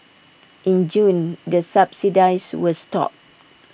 in June the subsidies were stopped